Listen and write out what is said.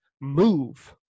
move